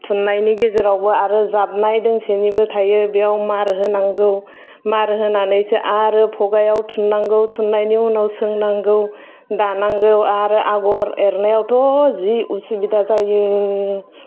थुननायनि गेजेरावबो आरो जाबनाय दोंसेनिबो थायो बेयाव मार होनांगौ मार होनानैसो आरो फगायाव थुननांगौ थुननायनि उनाव सोंनांगौ दानांगौ आरो आगर एरनायावथ' जि असुबिदा जायो